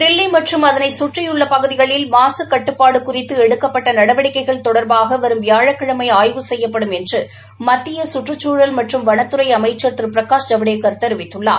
தில்லி மற்றும் அதனை கற்றியுள்ள பகுதிகளில் மாசு கட்டுப்பாடு குறித்து எடுக்கப்பட்ட நடவடிக்கைகள் தொடர்பாக வரும் வியாழக்கிழமை ஆய்வு செய்யப்படும் என்று மத்திய சுற்றுச்சூழல் மற்றும் வனத்துறை அமைச்சர் திரு பிரகாஷ் ஜவடேக்கர் தெரிவித்துள்ளார்